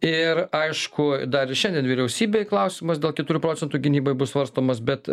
ir aišku dar šiandien vyriausybei klausimas dėl keturių procentų gynybai bus svarstomas bet